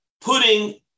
putting